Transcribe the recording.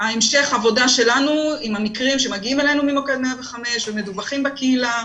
המשך העבודה שלנו עם המקרים שמגיעים ממוקד 105 ומדווחים בקהילה.